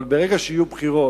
אבל ברגע שיהיו בחירות,